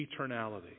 Eternality